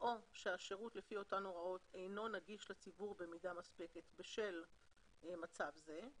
או שהשירות לפי אותן הוראות אינו נגיש לציבור במידה מספקת בשל מצב זה,